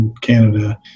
Canada